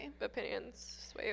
opinions